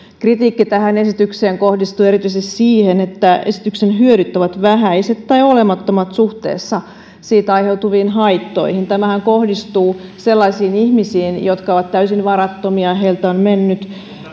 kritiikki tämän esityksen osalta kohdistuu erityisesti siihen että esityksen hyödyt ovat vähäiset tai olemattomat suhteessa siitä aiheutuviin haittoihin tämähän kohdistuu sellaisiin ihmisiin jotka ovat täysin varattomia heiltä ovat menneet